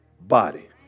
body